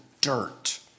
dirt